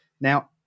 Now